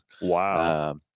Wow